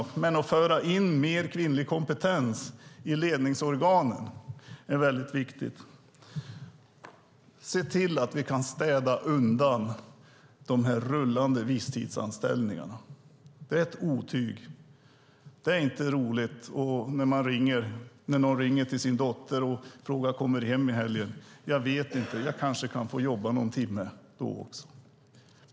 Det är viktigt att föra in mer kvinnlig kompetens i ledningsorganen. Dels måste vi se till att städa undan de rullande visstidsanställningarna. Det är ett otyg. Det är inte roligt att ringa sin dotter och fråga om hon kommer hem till helgen och få svaret: Jag vet inte; jag kanske kan få jobba någon timme.